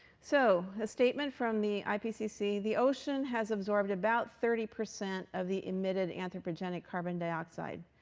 so a statement from the ipcc the ocean has absorbed about thirty percent of the emitted anthropogenic carbon dioxide.